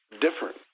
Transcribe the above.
different